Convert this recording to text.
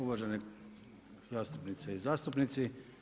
Uvažene zastupnice i zastupnici.